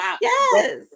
Yes